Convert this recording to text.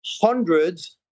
hundreds